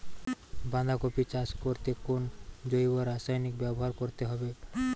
বাঁধাকপি চাষ করতে কোন জৈব রাসায়নিক ব্যবহার করতে হবে?